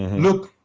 look,